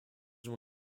were